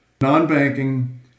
non-banking